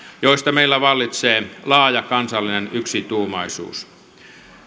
joista meillä vallitsee laaja kansallinen yksituumaisuus